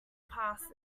passes